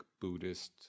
Buddhist